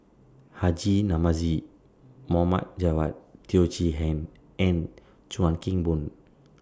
Haji Namazie Mohd Javad Teo Chee Hean and Chuan Keng Boon